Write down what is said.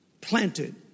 planted